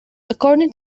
according